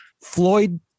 Floyd